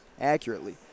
accurately